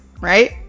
right